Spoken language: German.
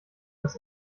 das